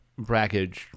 Brackage